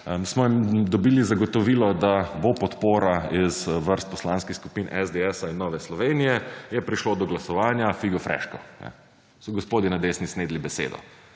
smo dobili zagotovilo, da bo podpora iz vrst poslanskih skupin SDS-a in Nove Slovenije. Je prišlo do glasovanja – figo freško, ne? So gospodje na desni snedli besedo.